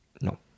No